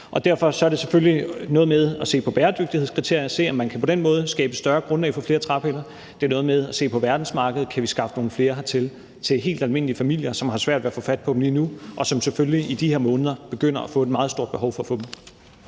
Og derfor er det selvfølgelig noget med at se på bæredygtighedskriterier og se, om man på den måde kan skabe et større grundlag for at skaffe flere træpiller. Det er noget med at se på verdensmarkedet: Kan vi skaffe nogle flere hertil til helt almindelige familier, som har svært ved at få fat på dem lige nu, og som selvfølgelig i de her måneder begynder at få et meget stort behov for at få dem?